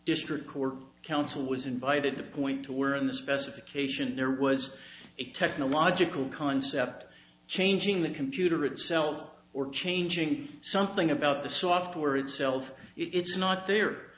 district court counsel was invited to point to where in the specification there was a technological concept changing the computer itself or changing something about the software itself it's not the